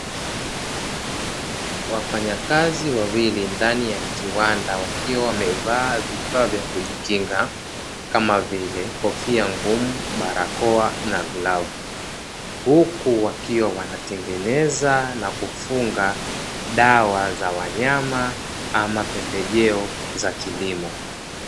Wafanyakazi wawili ndani ya kiwanda wakiwa wamevaa vifaa vya kujikinga kama vile kofia ngumu, barakoa na vilau huku wakiwa wanatengeneza na kufunga dawa za wanyama ama pembejeo za kilimo.